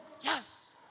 Yes